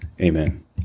Amen